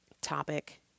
topic